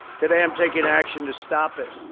today, i am taking action to stop it.